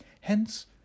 Hence